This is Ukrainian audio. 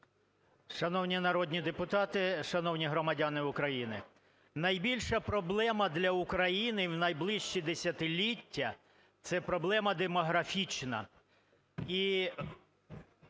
Шановні народні депутати! Шановні громадяни України! Найбільша проблема для України в найближчі десятиліття – це проблема демографічна.